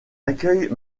accueille